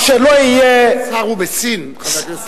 מה שלא יהיה, שר הוא בשׂי"ן, חבר הכנסת מולה.